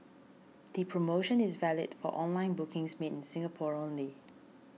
the promotion is valid for online bookings made in Singapore only